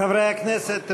חברי הכנסת,